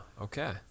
Okay